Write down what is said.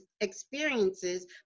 experiences